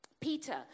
Peter